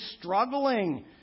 struggling